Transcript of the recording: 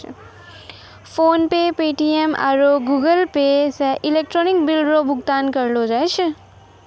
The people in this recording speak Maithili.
फोनपे पे.टी.एम आरु गूगलपे से इलेक्ट्रॉनिक बिल रो भुगतान करलो जाय छै